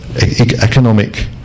economic